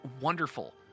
wonderful